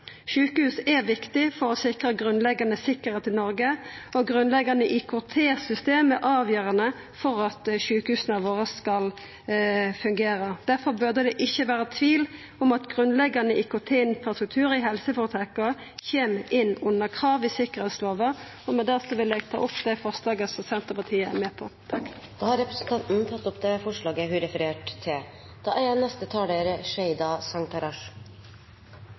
Sjukehus er viktig for å sikra grunnleggjande sikkerheit i Noreg, og grunnleggjande IKT-system er avgjerande for at sjukehusa våre skal fungera. Difor burde det ikkje vera tvil om at grunnleggjande IKT-infrastruktur i helseføretaka kjem inn under krav i sikkerheitslova – og med det vil eg ta opp forslag nr. 3, som Senterpartiet er med på. Da har representanten Kjersti Toppe tatt opp det forslaget hun refererte til. Jeg er